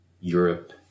Europe